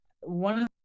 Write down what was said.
one